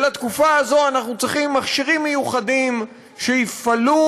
ולתקופה הזאת אנחנו צריכים מכשירים מיוחדים שיפעלו